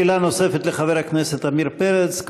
שאלה נוספת לחבר הכנסת עמיר פרץ,